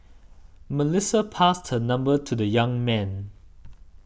Melissa passed her number to the young man